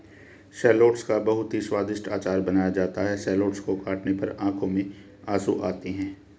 shallots का बहुत ही स्वादिष्ट अचार बनाया जाता है शैलोट्स को काटने पर आंखों में आंसू आते हैं